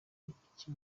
ibiki